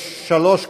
יש שלוש כאלה.